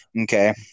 Okay